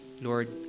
Lord